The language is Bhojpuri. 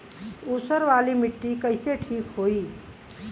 ऊसर वाली मिट्टी कईसे ठीक होई?